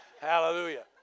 Hallelujah